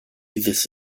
this